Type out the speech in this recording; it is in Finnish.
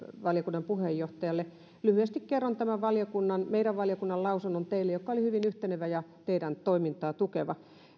valiokunnan puheenjohtajalle lyhyesti kerron tämän meidän valiokuntamme lausunnon teille joka oli hyvin yhtenevä ja teidän toimintaanne tukeva